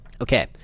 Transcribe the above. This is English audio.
Okay